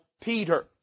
Peter